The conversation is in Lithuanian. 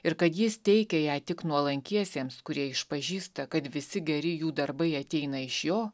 ir kad jis teikia ją tik nuolankiesiems kurie išpažįsta kad visi geri jų darbai ateina iš jo